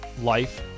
life